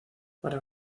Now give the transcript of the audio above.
para